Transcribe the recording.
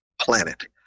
planet